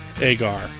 Agar